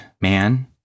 man